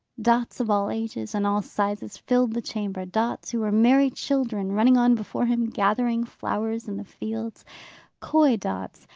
dots of all ages and all sizes filled the chamber. dots who were merry children, running on before him, gathering flowers in the fields coy dots,